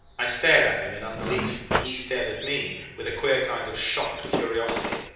i stared at him in unbelief, and he stared at me with queer kind of shocked curiosity.